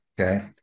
okay